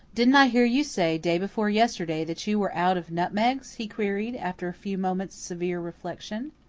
didn't i hear you say day before yesterday that you were out of nutmegs? he queried, after a few moments' severe reflection.